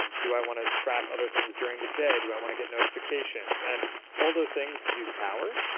um do i want to track other things during the day? do i want to get notifications? and all those things use power,